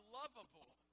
lovable